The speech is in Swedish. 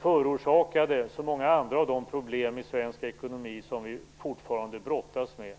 förorsakade så många andra av de problem i svensk ekonomi som vi fortfarande brottas med.